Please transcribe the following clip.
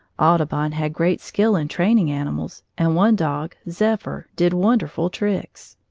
audubon had great skill in training animals and one dog, zephyr, did wonderful tricks.